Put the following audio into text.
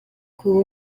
kuba